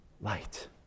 light